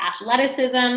athleticism